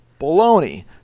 baloney